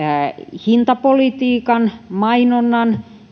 hintapolitiikan mainonnan